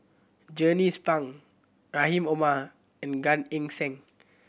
Jernnine Pang Rahim Omar and Gan Eng Seng